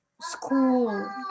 school